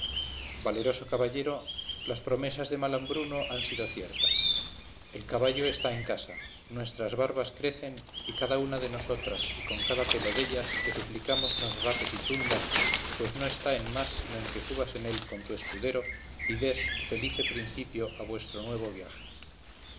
valeroso caballero las promesas de malambruno han sido ciertas el caballo está en casa nuestras barbas crecen y cada una de nosotras y con cada pelo dellas te suplicamos nos rapes y tundas pues no está en más sino en que subas en él con tu escudero y des felice principio a vuestro nuevo viaje